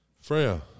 Freya